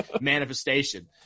manifestation